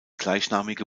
gleichnamige